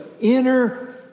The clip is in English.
inner